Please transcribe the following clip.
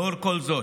לאור כל זאת,